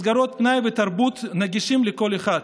מסגרות פנאי ותרבות נגישות לכל אחד,